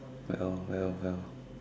well well well